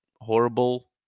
horrible